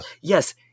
Yes